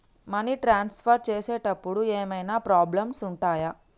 Money transfer చేసేటప్పుడు ఏమైనా problems ఉంటయా?